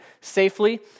safely